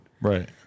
Right